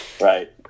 Right